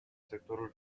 sectorul